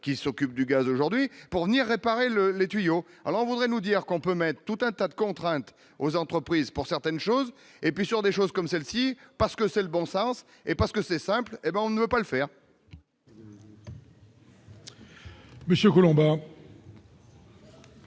qui s'occupe du gaz aujourd'hui pour ni réparer le les tuyaux, alors on voudrait nous dire qu'on peut mettre tout un tas de contraintes aux entreprises pour certaines choses et puis sur des choses comme celles-ci, parce que c'est le bon sens et parce que c'est simple et bien on ne peut pas le faire.